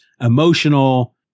emotional